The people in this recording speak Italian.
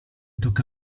tocca